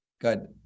Good